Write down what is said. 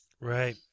Right